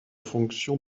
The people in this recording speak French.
fonction